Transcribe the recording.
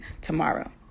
tomorrow